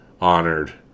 honored